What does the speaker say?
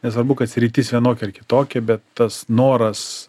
nesvarbu kad sritis vienokia ar kitokia bet tas noras